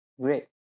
Great